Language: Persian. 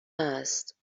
هست